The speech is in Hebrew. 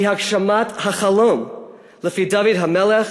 היא הגשמת החלום לפי דוד המלך: